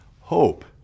hope